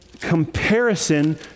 comparison